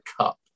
cup